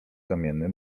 kamienny